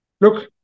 look